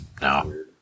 no